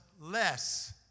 less